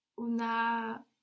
Una